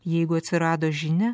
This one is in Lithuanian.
jeigu atsirado žinia